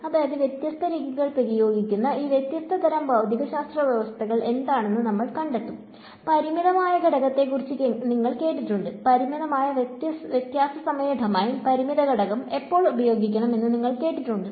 അതായത് വ്യത്യസ്ത രീതികൾ പ്രയോഗിക്കുന്ന ഈ വ്യത്യസ്ത തരം ഭൌതികശാസ്ത്ര വ്യവസ്ഥകൾ എന്താണെന്ന് നമ്മൾ കണ്ടെത്തും പരിമിതമായ ഘടകത്തെക്കുറിച്ച് നിങ്ങൾ കേട്ടിട്ടുണ്ട് പരിമിതമായ വ്യത്യാസ സമയ ഡൊമെയ്ൻപരിമിത ഘടകം എപ്പോൾ ഉപയോഗിക്കണം എന്ന് നിങ്ങൾ കേട്ടിട്ടുണ്ട്